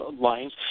lines